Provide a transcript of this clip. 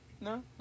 no